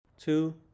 Two